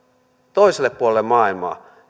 toiselle puolelle maailmaa